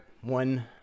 one